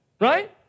right